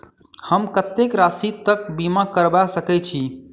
हम कत्तेक राशि तकक बीमा करबा सकै छी?